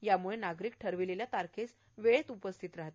यामुळे नागरिक ठरविलेल्या तारखेस वेळेत उपस्थित राहतील